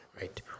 right